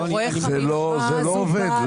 זה לא, זה לא עובד.